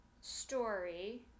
story